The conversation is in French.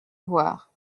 voir